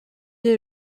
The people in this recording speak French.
est